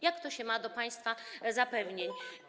Jak to się ma do państwa zapewnień?